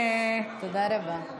תודה רבה.